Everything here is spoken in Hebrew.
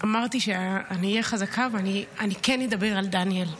אמרתי שאני אהיה חזקה, ואני כן אדבר על דניאל.